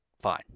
fine